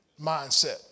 mindset